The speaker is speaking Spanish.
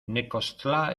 necoxtla